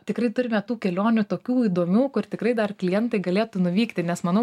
tikrai turime tų kelionių tokių įdomių kur tikrai dar klientai galėtų nuvykti nes manau